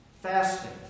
Fasting